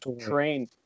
train